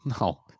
No